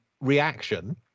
reaction